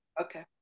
Okay